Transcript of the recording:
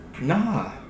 nah